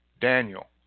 Daniel